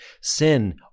Sin